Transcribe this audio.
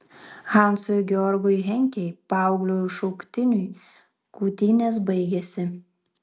hansui georgui henkei paaugliui šauktiniui kautynės baigėsi